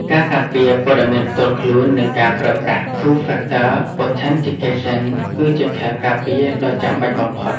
ការការពារព័ត៌មានផ្ទាល់ខ្លួន និងការប្រើប្រាស់ Two-Factor Authentication គឺជាខែលការពារដ៏ចាំបាច់បំផុត។